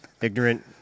Ignorant